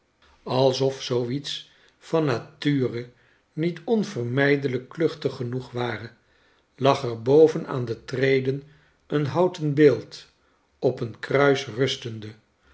alsof zoo iets van nature niet onvermijdelijk kluchtig genoeg ware lag er boven aan de treden een houten beeld op een kruis rustende